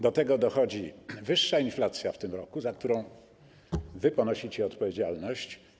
Do tego dochodzi wyższa inflacja w tym roku, za którą ponosicie odpowiedzialność.